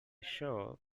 saw